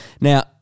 Now